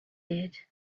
did